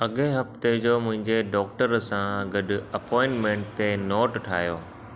अॻिए हफ़्ते जो मुंहिंजे डॉक्टर सां गॾु अपॉइंटमेंट ते नोट ठाहियो